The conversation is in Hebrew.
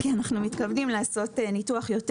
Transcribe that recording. כי אנחנו מתכוונים לעשות ניתוח יותר